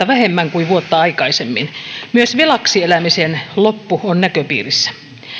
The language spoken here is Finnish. vähemmän kuin vuotta aikaisemmin myös velaksi elämisen loppu on näköpiirissä